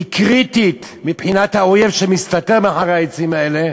קריטי מבחינת האויב שמסתתר מאחורי העצים האלה,